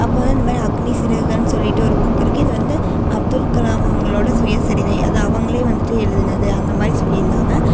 அப்போது வந்து இந்தமாதிரி அக்னி சிறகுகள்ன்னு சொல்லிகிட்டு ஒரு புக் இருக்குது இது வந்து அப்துல்கலாம் அவங்களோட சுயசரிதை அது அவங்களே வந்துட்டு எழுதினது அந்தமாதிரி சொல்லியிருந்தாங்க